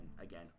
again